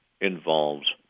involves